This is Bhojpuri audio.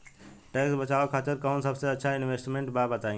टैक्स बचावे खातिर कऊन सबसे अच्छा इन्वेस्टमेंट बा बताई?